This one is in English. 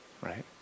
Right